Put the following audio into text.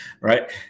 right